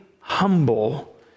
humble